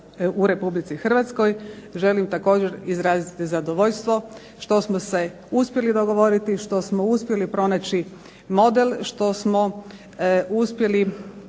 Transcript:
u Republici Hrvatskoj želim također izraziti zadovoljstvo što smo se uspjeli dogovoriti, što smo uspjeli pronaći model, što smo uspjeli